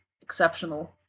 exceptional